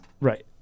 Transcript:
Right